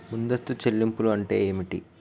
ముందస్తు చెల్లింపులు అంటే ఏమిటి?